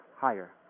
higher